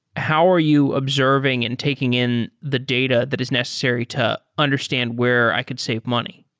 how are you observing and taking in the data that is necessary to understand where i could save money?